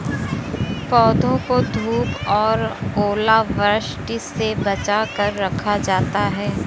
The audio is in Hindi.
पौधों को धूप और ओलावृष्टि से बचा कर रखा जाता है